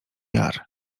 jar